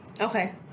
okay